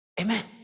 Amen